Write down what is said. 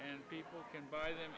and people can buy them